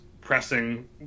pressing